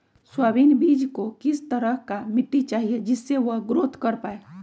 Soybean बीज को किस तरह का मिट्टी चाहिए जिससे वह ग्रोथ कर पाए?